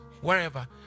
Wherever